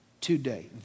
today